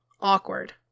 Awkward